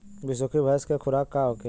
बिसुखी भैंस के खुराक का होखे?